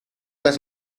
las